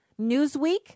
Newsweek